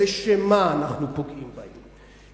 לשם מה אנחנו פוגעים בהם.